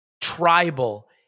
tribal